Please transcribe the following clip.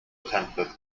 attempted